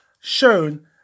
shown